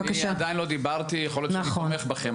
לא דיברתי ויכול להיות שאני תומך בכם,